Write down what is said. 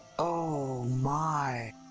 ooh, my.